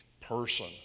person